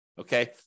Okay